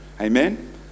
Amen